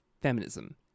feminism